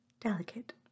delicate